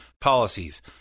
policies